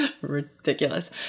ridiculous